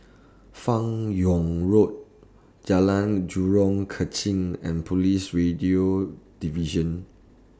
fan Yoong Road Jalan Jurong Kechil and Police Radio Division